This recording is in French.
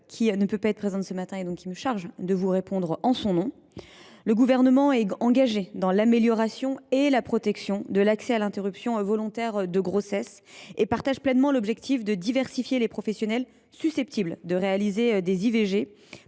qui, ne pouvant être présente ce matin, m’a chargée de vous répondre en son nom. Le Gouvernement est engagé dans l’amélioration et la protection de l’accès à l’interruption volontaire de grossesse. Il partage pleinement l’objectif de diversifier les professionnels susceptibles de réaliser des IVG